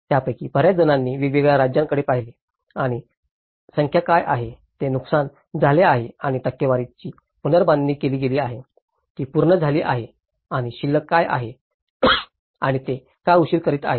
त्यापैकी बर्याच जणांनी वेगवेगळ्या राज्यांकडे पाहिले त्यांची संख्या काय आहे जे नुकसान झाले आहे आणि टक्केवारीची पुनर्बांधणी केली गेली आहे ती पूर्ण झाली आहेत आणि शिल्लक काय आहे आणि ते का उशीर करीत आहेत